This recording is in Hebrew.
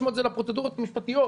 600 זה לפרוצדורות המשפטיות.